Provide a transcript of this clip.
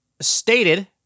stated